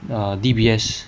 err D_B_S